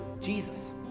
Jesus